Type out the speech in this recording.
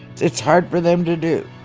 it's hard for them to do